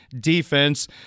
defense